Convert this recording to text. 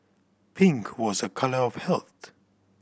pink was a colour of health